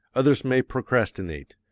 others may procrastinate,